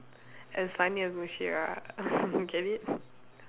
as funny as Mushira get it